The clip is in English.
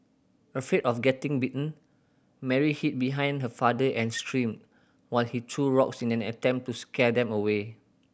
afraid of getting bitten Mary hid behind her father and screamed while he threw rocks in an attempt to scare them away